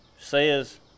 says